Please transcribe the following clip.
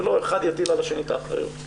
שלא אחד יטיל על השני את האחריות.